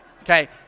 Okay